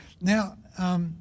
Now